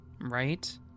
right